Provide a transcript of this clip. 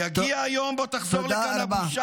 יגיע היום שבו תחזור לכאן הבושה,